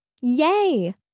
Yay